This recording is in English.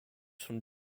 from